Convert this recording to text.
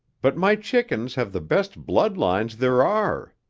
but my chickens have the best blood lines there are,